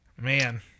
Man